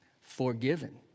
Forgiven